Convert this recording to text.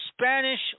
Spanish